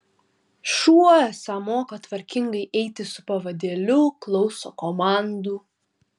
šuo esą moka tvarkingai eiti su pavadėliu klauso komandų